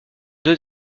deux